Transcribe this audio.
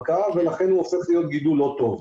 ולכן הוא הופך להיות גידול לא טוב.